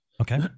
Okay